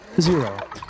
zero